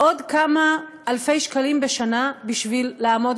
עוד כמה אלפי שקלים בשנה בשביל לעמוד